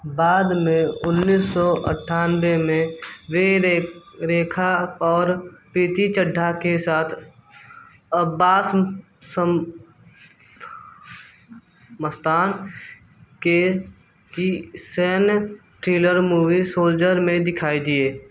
बाद में उन्नीस सौ अंठानवे में वे रे रेखा और प्रीति चड्ढा के साथ अब्बास सम मस्तान के की सैन्य थ्रिलर मूवी सोल्जर में दिखाई दिए